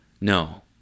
No